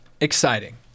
Exciting